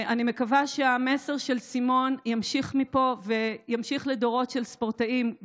אני מקווה שהמסר של סימון ימשיך מפה וימשיך לדורות של ספורטאים,